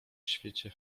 świecie